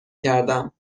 کردم